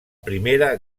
primera